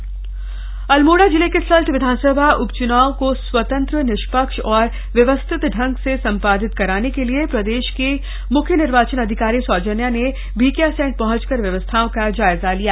सल्ट उपचनाव अल्मोड़ा जिले के सल्ट विधानसभा उपच्नाव को स्वतन्त्र निष्पक्ष और व्यवस्थित ढंग से सम्पादित कराने के लिए प्रदेश की मुख्य निर्वाचन अधिकारी सौजन्या ने भिकियासैंण पहंचकर व्यवस्थाओं का जायजा लिया